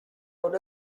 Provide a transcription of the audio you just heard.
con